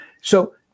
So-